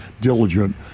diligent